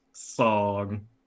song